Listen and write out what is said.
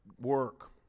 work